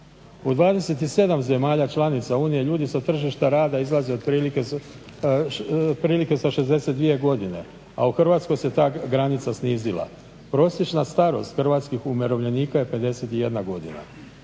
U 27 zemalja članica Unije ljudi sa tržišta rada izlaze otprilike sa 62 godine, a u Hrvatskoj se ta granica snizila. Prosječna starost hrvatskih umirovljenika je 51 godina.